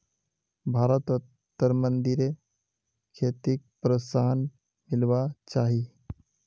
भारतत तरमिंदेर खेतीक प्रोत्साहन मिलवा चाही